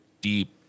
deep